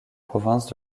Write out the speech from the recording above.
province